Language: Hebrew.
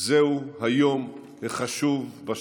זהו היום החשוב בשנה.